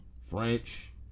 French